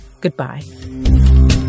goodbye